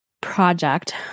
Project